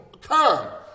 come